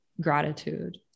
gratitude